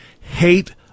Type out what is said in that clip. hate